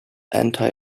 anti